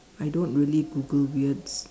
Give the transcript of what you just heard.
I don't really Google weird s~